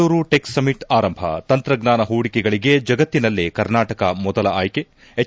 Bengaluru tech summit ಆರಂಭ ತಂತ್ರಜ್ಞಾನ ಹೂಡಿಕೆಗಳಗೆ ಜಗತ್ತಿನಲ್ಲೇ ಕರ್ನಾಟಕ ಮೊದಲ ಆಯ್ಲಿ ಎಚ್